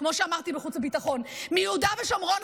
כמו שאמרתי בחוץ וביטחון: מיהודה ושומרון,